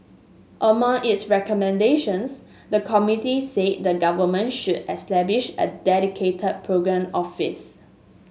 among its recommendations the committee said the Government should establish a dedicated programme office